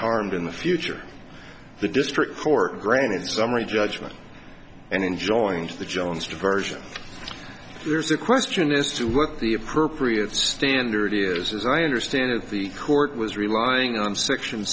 harmed in the future the district court granted summary judgment and enjoying to the jones diversion there's a question as to what the appropriate standard years as i understand it the court was relying on section